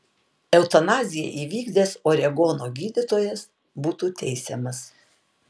eutanaziją įvykdęs oregono gydytojas būtų teisiamas